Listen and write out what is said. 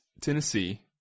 Tennessee